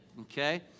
okay